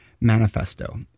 Manifesto